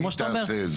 שהיא תעשה את זה.